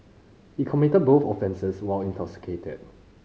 he committed both offences while intoxicated